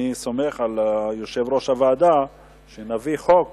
אני סומך על יושב-ראש הוועדה שנביא חוק